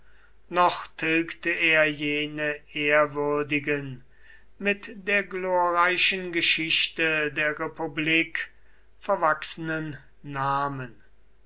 noch tilgte er jene ehrwürdigen mit der glorreichen geschichte der republik verwachsenen namen